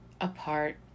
apart